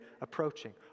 approaching